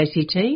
ACT